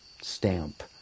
stamp